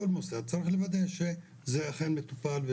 כל מוסד צריך לוודא שזה אכן מטופל.